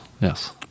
Yes